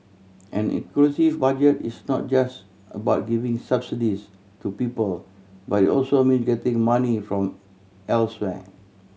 an inclusive Budget is not just about giving subsidies to people but it also means getting money from elsewhere